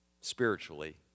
spiritually